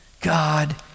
God